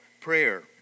prayer